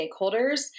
stakeholders